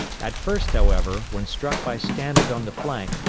at first, however, when struck by stannard on the flank,